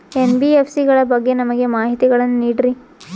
NBFC ಗಳ ಬಗ್ಗೆ ನಮಗೆ ಮಾಹಿತಿಗಳನ್ನ ನೀಡ್ರಿ?